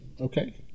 okay